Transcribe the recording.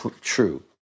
true